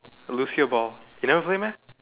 lose your ball you never play meh